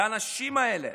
לאנשים האלה,